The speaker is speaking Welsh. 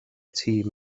tîm